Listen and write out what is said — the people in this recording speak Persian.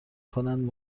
کنند